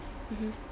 mmhmm